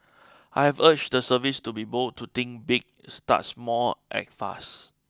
I've urged the service to be bold to think big start small act fast